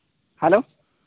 hello